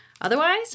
Otherwise